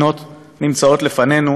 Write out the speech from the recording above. לא נגעתי בכלל בהעלאת השיעורים בביטוח הלאומי,